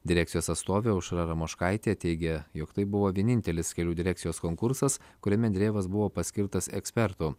direkcijos atstovė aušra ramoškaitė teigė jog tai buvo vienintelis kelių direkcijos konkursas kuriame andrejevas buvo paskirtas ekspertu